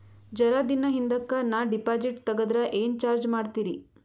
ಜರ ದಿನ ಹಿಂದಕ ನಾ ಡಿಪಾಜಿಟ್ ತಗದ್ರ ಏನ ಚಾರ್ಜ ಮಾಡ್ತೀರಿ?